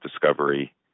discovery